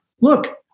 Look